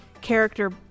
character